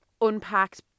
unpacked